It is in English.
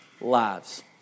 lives